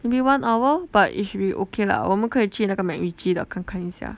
maybe one hour but it should be okay lah 我们可以去那个 macritchie 的看看一下